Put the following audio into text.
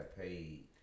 paid